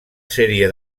sèrie